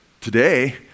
today